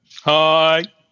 Hi